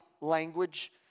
language